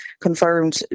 confirmed